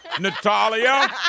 Natalia